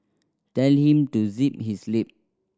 tell him to zip his lip